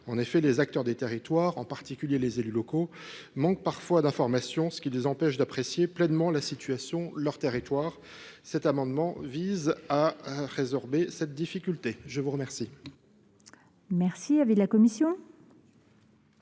En effet, les acteurs des territoires, et en particulier les élus locaux, manquent parfois d’information, ce qui les empêche d’apprécier pleinement la situation sur leur territoire. Cet amendement vise à lever cette difficulté. Quel est l’avis de la commission